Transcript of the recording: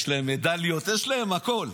יש להם מדליות, יש להם הכול.